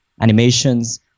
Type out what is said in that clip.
animations